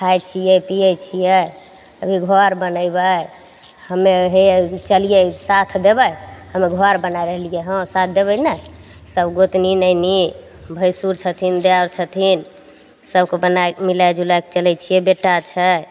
खाइ छियै पीयै छियै अभी घर बनेबय हमे हे चलियै साथ देबय हम घर बना रहलियै हँ साथ देबय ने सब गोतनी ननदि भैंसुर छथिन देयोर छथिन सबके बना मिलाय जुलाय के चलय छियै बेटा छै